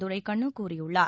துரைக்கண்ணு கூறியுள்ளார்